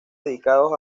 dedicados